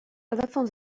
telefon